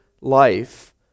life